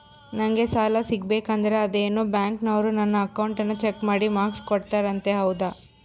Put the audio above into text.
ನಂಗೆ ಸಾಲ ಸಿಗಬೇಕಂದರ ಅದೇನೋ ಬ್ಯಾಂಕನವರು ನನ್ನ ಅಕೌಂಟನ್ನ ಚೆಕ್ ಮಾಡಿ ಮಾರ್ಕ್ಸ್ ಕೊಡ್ತಾರಂತೆ ಹೌದಾ?